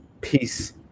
peace